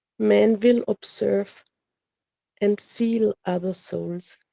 man will observe and feel other souls.